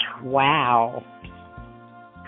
Wow